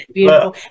beautiful